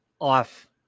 off